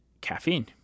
caffeine